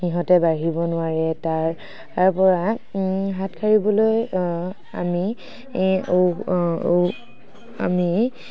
সিহঁতে বাঢ়িব নোৱাৰে তাৰ তাৰ পৰা হাত সাৰিবলৈ আমি